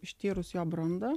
ištyrus jo brandą